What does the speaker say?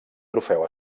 trofeu